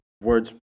words